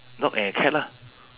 dog and cat lah